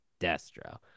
Destro